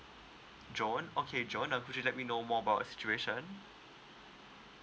john okay john uh could you let me know more about situation